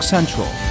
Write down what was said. Central